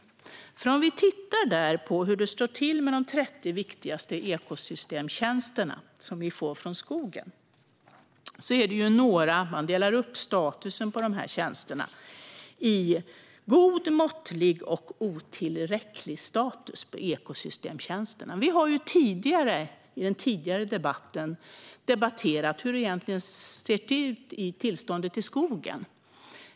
I den kan vi se hur det står till med de 30 viktigaste ekosystemtjänsterna som vi får från skogen. Man delar upp dessa tjänsters status i god, måttlig och otillräcklig. Vi har tidigare debatterat hur tillståndet ser ut i skogen.